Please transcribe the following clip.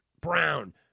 Brown